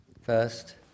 first